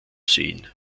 sehen